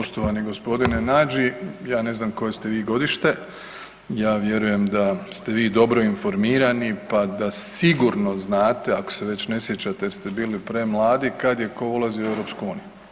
Poštovani gospodine Nađi, ja ne znam koje ste vi godište, ja vjerujem da ste vi dobro informirani pa da sigurno znate ako ste već ne sjećate jer ste bili premladi kad je tko ulazio u EU.